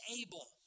able